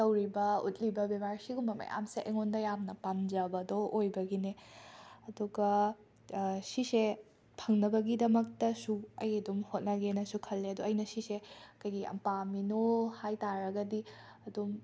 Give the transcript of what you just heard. ꯇꯧꯔꯤꯕ ꯎꯠꯂꯤꯕ ꯕꯦꯚꯥꯔ ꯁꯤꯒꯨꯝꯕ ꯃꯌꯥꯝꯁꯦ ꯑꯩꯉꯣꯟꯗ ꯌꯥꯝꯅ ꯄꯥꯝꯖꯕꯗꯣ ꯑꯣꯏꯕꯒꯤꯅꯦ ꯑꯗꯨꯒ ꯁꯤꯁꯦ ꯐꯪꯅꯕꯒꯤꯗꯃꯛꯇꯁꯨ ꯑꯩ ꯑꯗꯨꯝ ꯍꯣꯠꯅꯒꯦꯅꯁꯨ ꯈꯜꯂꯦ ꯑꯗꯣ ꯑꯩꯅ ꯁꯤꯁꯦ ꯀꯩꯒꯤ ꯌꯥꯝꯅ ꯄꯥꯝꯃꯤꯅꯣ ꯍꯥꯏ ꯇꯥꯔꯒꯗꯤ ꯑꯗꯨꯝ